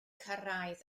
cyrraedd